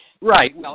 Right